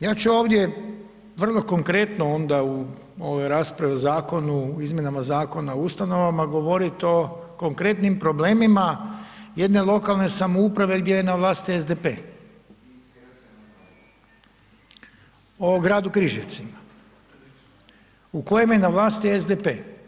Ja ću ovdje vrlo konkretno ovdje u ovoj raspravi o izmjenama Zakona o ustanovama govoriti o konkretnim problemima jedne lokalne samouprave gdje je na vlasti SDP o gradu Križevcima u kojem je na vlasti SDP.